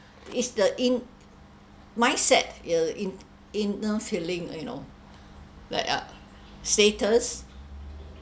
it's the in mindset your in inner feeling you know like uh status